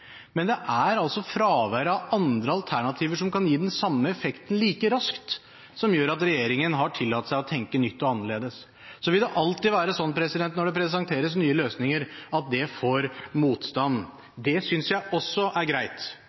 Men det er altså fravær av andre alternativer som kan gi den samme effekten like raskt, som gjør at regjeringen har tillatt seg å tenke nytt og annerledes. Så vil det alltid være slik når det presenteres nye løsninger, at det får motstand. Det synes jeg også er greit.